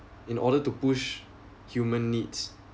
in order to push human needs